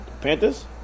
Panthers